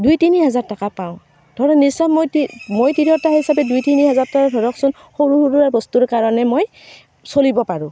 দুই তিনি হাজাৰ টকা পাওঁ ধৰক নিজৰ মই মই তিৰোতা হিচাপে দুই তিনি হাজাৰ টকা ধৰকচোন সৰু সুৰা বস্তুৰ কাৰণে মই চলিব পাৰোঁ